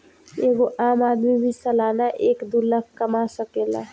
एगो आम आदमी भी सालाना एक दू लाख कमा सकेला